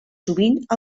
sovint